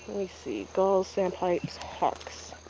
me see, gulls, sandpipers, hawks.